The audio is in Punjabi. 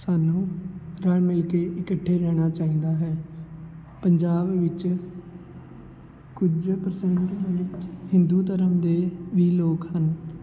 ਸਾਨੂੰ ਰਲ ਮਿਲ ਕੇ ਇਕੱਠੇ ਰਹਿਣਾ ਚਾਹੀਦਾ ਹੈ ਪੰਜਾਬ ਵਿੱਚ ਕੁਝ ਹਿੰਦੂ ਧਰਮ ਦੇ ਵੀ ਲੋਕ ਹਨ